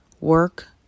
Work